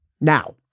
Now